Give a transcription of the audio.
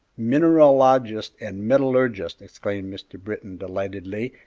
mineralogist and metallurgist! exclaimed mr. britton delightedly,